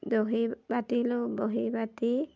দহি বাতিলোঁ দহী বাতি